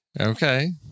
Okay